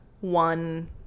one